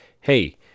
Hey